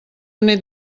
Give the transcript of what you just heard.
nét